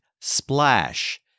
splash